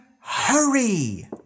hurry